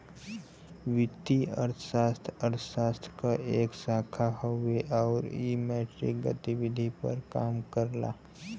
वित्तीय अर्थशास्त्र अर्थशास्त्र क एक शाखा हउवे आउर इ मौद्रिक गतिविधि पर काम करला